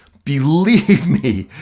believe me,